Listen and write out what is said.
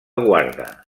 guarda